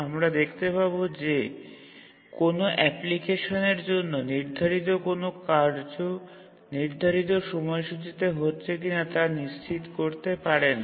আমরা দেখতে পাব যে কোনও অ্যাপ্লিকেশনের জন্য নির্ধারিত কোনও কার্য নির্ধারিত সময়সূচিতে হচ্ছে কিনা তা নিশ্চিত করতে পারে না